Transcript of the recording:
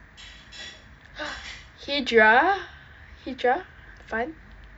hijrah hijrah fund